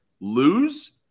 Lose